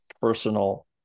personal